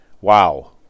wow